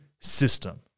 system